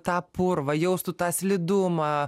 tą purvą jaustų tą slidumą